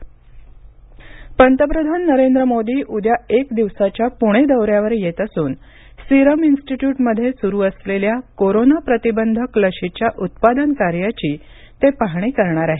पंतप्रधान दौरा पंतप्रधान नरेंद्र मोदी उद्या एक दिवसाच्या पुणे दौऱ्यावर येत असून सिरम इन्स्टिट्यूटमध्ये सुरू असलेल्या कोरोना प्रतिबंधक लशीच्या उत्पादन कार्याची ते पाहणी करणार आहेत